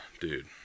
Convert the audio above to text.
Dude